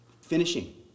finishing